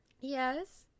Yes